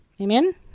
Amen